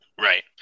Right